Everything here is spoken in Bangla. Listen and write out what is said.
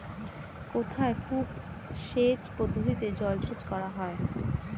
কোথায় কূপ সেচ পদ্ধতিতে জলসেচ করা হয়?